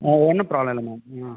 ஒன்றும் ப்ராப்ளம் இல்லை மேம் ஆ